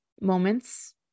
moments